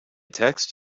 text